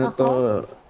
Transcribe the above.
the